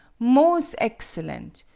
most excellent.